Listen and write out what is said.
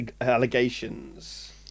allegations